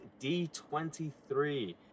D23